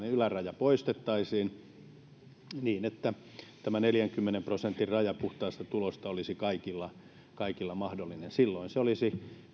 yläraja poistettaisiin niin että neljänkymmenen prosentin raja puhtaasta tulosta olisi kaikilla kaikilla mahdollinen silloin se olisi